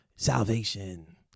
salvation